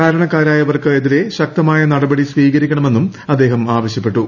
കാരണക്കാരായവർക്ക് എതിരെ ശക്തമായ നടപടി സ്പീകരിക്കണമെന്നും അദ്ദേഹം ആവശ്യപ്പെട്ടു